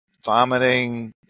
Vomiting